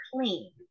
clean